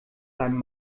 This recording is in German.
seinem